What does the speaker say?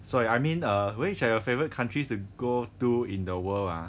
sorry I mean err which are your favourite countries to go to in the world ah